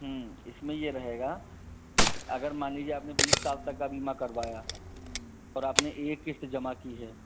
इसमें ये रहेगा अगर मान लीजिए आपने बीस साल तक का बीमा करवाया पर आपने एक किश्त जमा की है